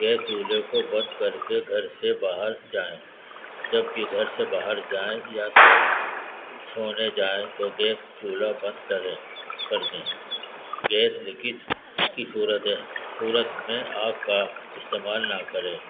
gas چولہے کو بند کر کے گھر سے باہر جائیں جب بھی گھر سے باہر جائیں یا سو سونے جائیں تو گیس چولہا بند کریں کر دیں گیس لکج کی صورتیں صورت میں آگ کا استعمال نہ کریں